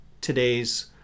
today's